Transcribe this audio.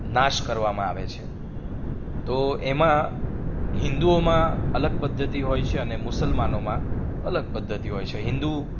નાશ કરવામાં આવે છે તો એમાં હિન્દુઓમાં અલગ પદ્ધતિ હોય છે અને મુસલમાનોમાં અલગ પદ્ધતિ હોય છે હિન્દુ